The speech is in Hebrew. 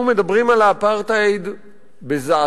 אנחנו מדברים על האפרטהייד בזעזוע,